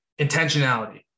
Intentionality